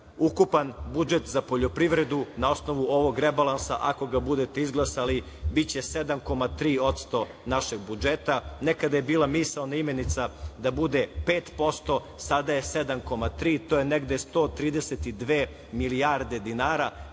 ukupan budžet za poljoprivredu na osnovu rebalansa, ako ga budete izglasali, biće 7,3% našeg budžeta. Nekada je bila misaona imenica da bude 5%, sada je 7,3%, to je negde 132 milijarde dinara.